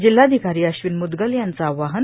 जिल्हाधिकारी अश्विन मुद्गल यांचं आवाहन